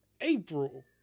April